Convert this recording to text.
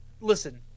listen